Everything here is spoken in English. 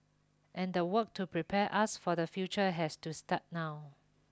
and the work to prepare us for the future has to start now